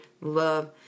love